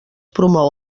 promou